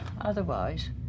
Otherwise